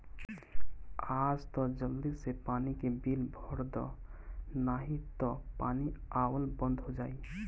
आज तअ जल्दी से पानी के बिल भर दअ नाही तअ पानी आवल बंद हो जाई